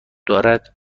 دارد